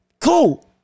Cool